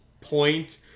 point